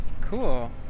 Cool